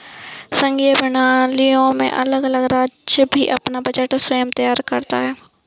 संघीय प्रणालियों में अलग अलग राज्य भी अपना बजट स्वयं तैयार करते हैं